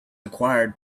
acquired